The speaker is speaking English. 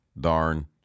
darn